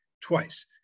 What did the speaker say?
twice